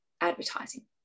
advertising